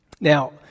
Now